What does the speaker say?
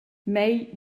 mei